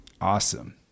Awesome